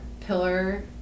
pillar